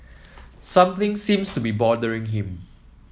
something seems to be bothering him